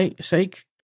sake